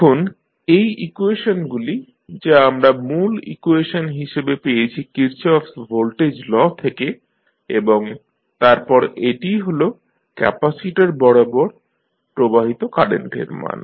এখন এই ইকুয়েশনগুলি যা আমরা মূল ইকুয়েশন হিসাবে পেয়েছি Kirchhoff's voltage law Kirchhoff's voltage law থেকে এবং তারপর এটিই হল ক্যাপাসিটর বরাবর প্রবাহিত কারেন্ট এর মান